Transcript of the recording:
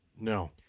no